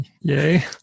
Yay